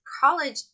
college